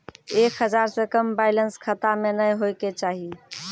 एक हजार से कम बैलेंस खाता मे नैय होय के चाही